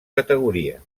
categoria